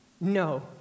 No